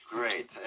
Great